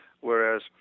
whereas –